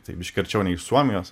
tai biškį arčiau nei suomijos